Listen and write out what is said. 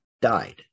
died